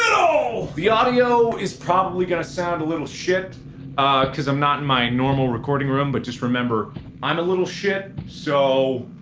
all! the audio is probably gonna sound a little shit ah cuz i'm not in my normal recording room, but just remember i'm a little shit so.